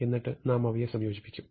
എന്നിട്ട് നാം അവയെ സംയോജിപ്പിക്കും